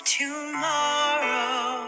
tomorrow